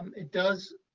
it does,